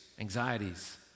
anxieties